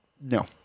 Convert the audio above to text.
no